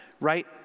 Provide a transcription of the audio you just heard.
right